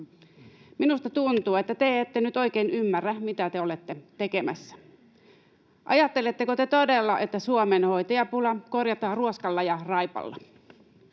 Minusta tuntuu, että te ette nyt oikein ymmärrä, mitä te olette tekemässä. Ajatteletteko te todella, että Suomen hoitajapula korjataan ruoskalla ja raipalla?